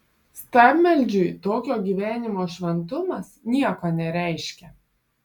stabmeldžiui tokio gyvenimo šventumas nieko nereiškia